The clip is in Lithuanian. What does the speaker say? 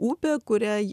upė kuriai